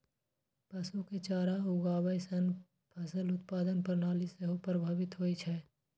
पशु के चारा उगाबै सं फसल उत्पादन प्रणाली सेहो प्रभावित होइ छै